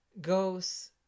goes